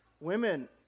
Women